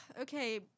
Okay